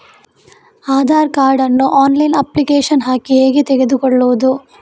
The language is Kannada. ಆಧಾರ್ ಕಾರ್ಡ್ ನ್ನು ಆನ್ಲೈನ್ ಅಪ್ಲಿಕೇಶನ್ ಹಾಕಿ ಹೇಗೆ ತೆಗೆದುಕೊಳ್ಳುವುದು?